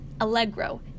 Allegro